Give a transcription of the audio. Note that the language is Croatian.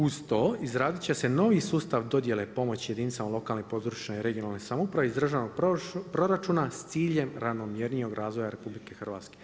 Uz to, izradit će se novi sustav dodjele pomoći jedinicama lokalne i područne (regionalne) samouprave iz državnog proračuna s ciljem ravnomjernijeg razvoja RH.